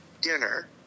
dinner